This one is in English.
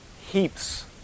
heaps